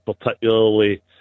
particularly